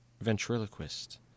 ventriloquist